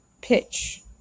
pitch